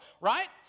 right